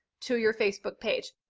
to your facebook page.